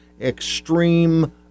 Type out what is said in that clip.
extreme